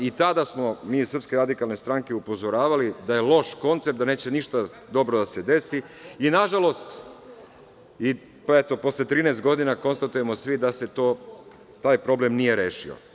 I tada smo mi iz SRS upozoravali da je loš koncept, da neće ništa dobro da se desi i, nažalost, eto, posle 13 godina konstatujemo svi da se taj problem nije rešio.